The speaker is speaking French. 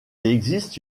existe